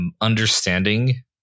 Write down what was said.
understanding